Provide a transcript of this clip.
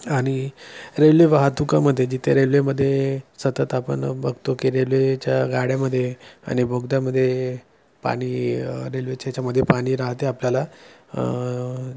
आणि रेल्वे वाहतूकामध्ये जिथे रेल्वेमध्ये सतत आपण बघतो की रेल्वेच्या गाड्यामधे आणि बोगद्यामध्ये पाणी रेल्वेच्या ह्याच्यामध्ये पाणी राहते आपल्याला